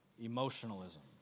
Emotionalism